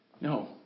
No